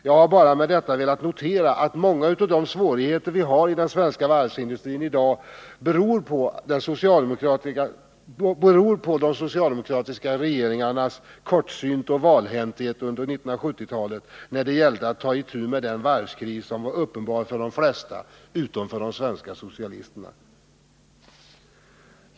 Jag har bara med detta velat notera att många av de svårigheter vi har i den svenska varvsindustrin i dag beror på de socialdemokratiska regeringarnas kortsynthet och valhänthet under 1970-talet när det gällde att ta itu med den varvskris, som var uppenbar för de flesta utom för de svenska socialisterna.